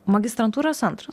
magistrantūros antros